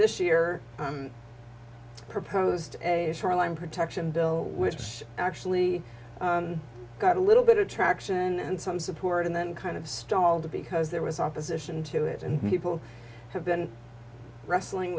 this year proposed a shoreline protection bill which actually got a little bit of traction and some support and then kind of stalled because there was opposition to it and people have been wrestling